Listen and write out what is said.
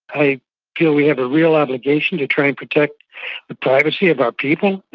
i feel we have a real obligation to try and protect the privacy of our people,